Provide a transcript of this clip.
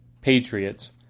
Patriots